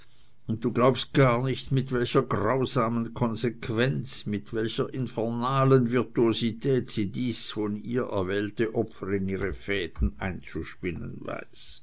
und du glaubst gar nicht mit welcher grausamen konsequenz mit welcher infernalen virtuosität sie dies von ihr erwählte opfer in ihre fäden einzuspinnen